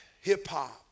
hip-hop